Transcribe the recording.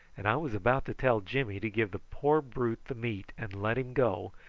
and i was about to tell jimmy to give the poor brute the meat and let him go,